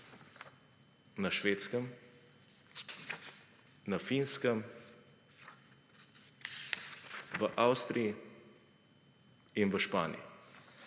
na Švedskem, na Finskem, v Avstriji in v Španiji.